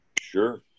Sure